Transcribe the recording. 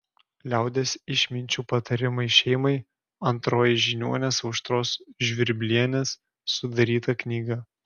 liaudies išminčių patarimai šeimai antroji žiniuonės aušros žvirblienės sudaryta knyga